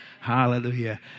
Hallelujah